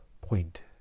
point